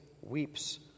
weeps